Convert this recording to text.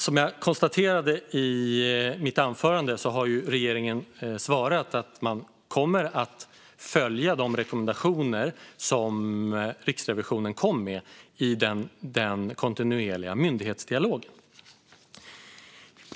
Som jag konstaterade i mitt anförande har regeringen svarat att man i den kontinuerliga myndighetsdialogen kommer att följa Riksrevisionens rekommendationer.